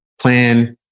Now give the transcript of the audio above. plan